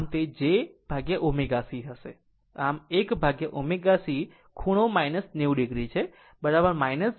આમ તે જે jω C હશે આમ 1ω C ખૂણો 90 o છે jω C